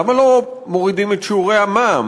למה לא מורידים את שיעורי המע"מ,